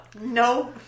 no